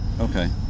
okay